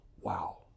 Wow